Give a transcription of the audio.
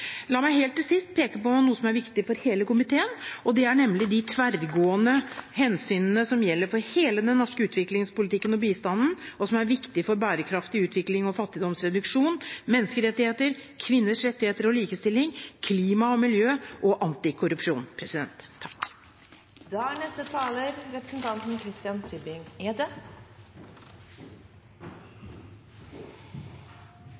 La meg helt til sist peke på noe som er viktig for hele komiteen. Det er de tverrgående hensynene som gjelder for hele den norske utviklingspolitikken og bistanden, og som er viktig for bærekraftig utvikling og fattigdomsreduksjon, menneskerettigheter, kvinners rettigheter og likestilling, klima og miljø, og antikorrupsjon. Det var ikke meningen å ta æren fra saksordføreren her. Jeg registrerte ikke at det er